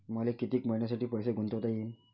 मले कितीक मईन्यासाठी पैसे गुंतवता येईन?